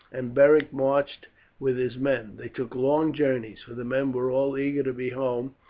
and beric marched with his men. they took long journeys, for the men were all eager to be home,